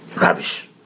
Rubbish